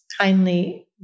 kindly